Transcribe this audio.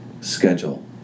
schedule